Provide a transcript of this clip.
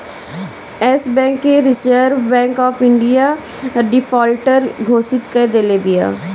एश Bank के Reserve Bank of India defaulter घोषित कअ देले बिया